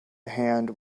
hand